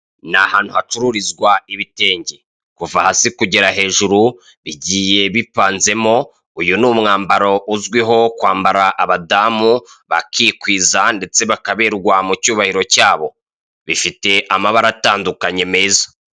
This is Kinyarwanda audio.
Ni ahantu hacururizwa ibitenge kuva hasi kugera hejuru bigiye bipanzemo uyu ni umwambaro uzwiho kwambara abadamu bakikwiza ndetse bakaberwa mu cyubahiro cyabo bifite amabara atandukanye meza.